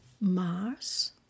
Mars